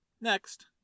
Next